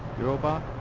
yoruba?